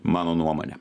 mano nuomone